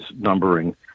numbering